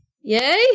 yay